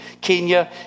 Kenya